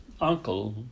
uncle